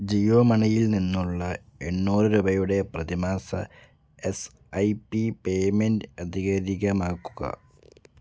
ജിയോ മണിയിൽ നിന്നുള്ള എണ്ണൂറ് രൂപയുടെ പ്രതിമാസ എസ് ഐ പി പേയ്മെൻഡ് അധികാരികമാക്കുക